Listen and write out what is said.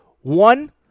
One